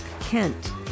Kent